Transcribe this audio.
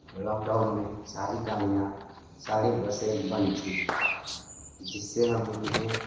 lock down में सारी गाडियाँ सारी बसें बंद थी जिससे हमें उन्हें